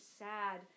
sad